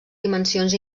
dimensions